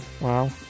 Wow